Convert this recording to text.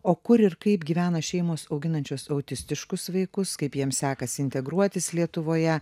o kur ir kaip gyvena šeimos auginančios autistiškus vaikus kaip jiems sekasi integruotis lietuvoje